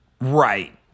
Right